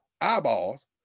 eyeballs